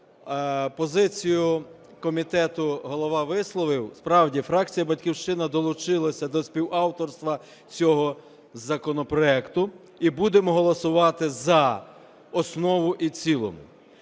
Позицію комітету голова висловив. Справді, фракція "Батьківщина" долучилася до співавторства цього законопроекту і будемо голосувати за основу і в цілому.